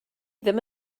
ddim